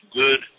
good